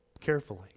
carefully